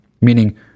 meaning